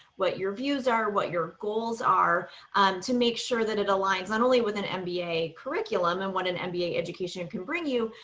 what your views are, what your goals are to make sure that it aligns not only with an mba curriculum and what an and mba education and can bring you,